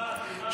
הגדרת איום),